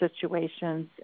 situations